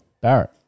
Barrett